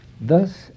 Thus